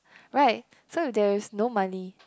right so if there is no money